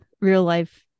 real-life